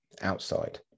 outside